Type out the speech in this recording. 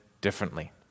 differently